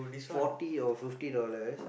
forty or fifty dollars